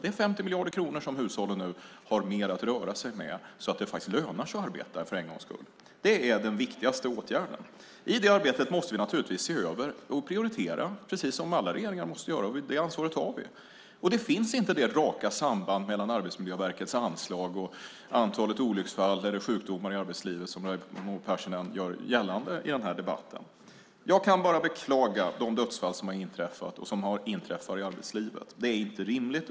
Det är 50 miljarder kronor mer som hushållen nu har att röra sig med. Det lönar sig faktiskt att arbeta för en gångs skull. Det är en av de viktigaste åtgärderna. I det arbetet måste vi naturligtvis se över och prioritera, precis som alla regeringar måste göra. Det ansvaret tar vi. Det raka samband mellan Arbetsmiljöverkets anslag och antalet olycksfall eller sjukdomar i arbetslivet som Raimo Pärssinen gör gällande i den här debatten finns inte. Jag kan bara beklaga de dödsfall som har inträffat och inträffar i arbetslivet. Det är inte rimligt.